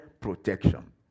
protection